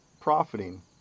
profiting